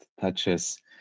touches